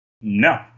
No